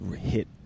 hit